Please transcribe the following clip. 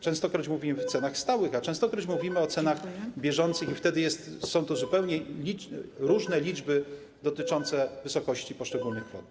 Częstokroć mówimy o cenach stałych, a częstokroć mówimy o cenach bieżących, i wtedy są to zupełnie różne liczby dotyczące wysokości poszczególnych kwot.